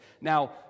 Now